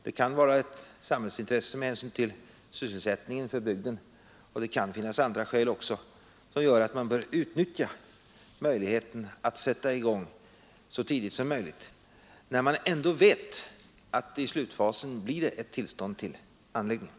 Det kan med hänsyn till sysselsättningen för bygden vara ett samhällsintresse, och det kan finnas andra skäl också, att utnyttja möjligheten att sätta i gång så tidigt som möjligt, när man ändå vet att det i slutfasen kommer att ges tillstånd till anläggningen.